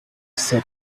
said